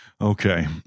Okay